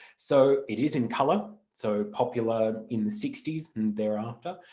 so it is in colour so popular in the sixty s and thereafter,